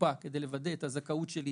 בקופה כדי לוודא את הזכאות שלי,